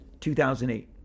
2008